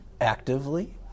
actively